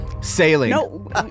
Sailing